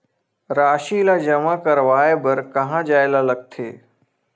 राशि ला जमा करवाय बर कहां जाए ला लगथे